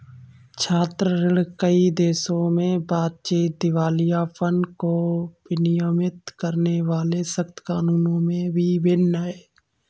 छात्र ऋण, कई देशों में बातचीत, दिवालियापन को विनियमित करने वाले सख्त कानूनों में भी भिन्न है